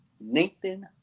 Nathan